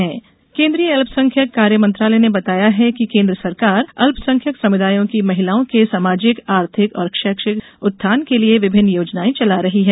अल्पसंख्यक विकास फुलेगशिप केन्द्रीय अल्पसंख्यक कार्य मंत्रालय ने बताया है कि केन्द्र सरकार अल्पसंख्यक समुदायों की महिलाओं के सामाजिक आर्थिक और शैक्षिक उत्थान के लिए विभिन्न योजनायें चला रही है